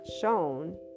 shown